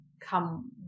come